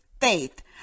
faith